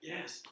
Yes